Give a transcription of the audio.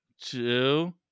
two